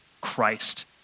Christ